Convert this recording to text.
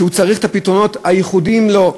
שצריך את הפתרונות הייחודיים לו,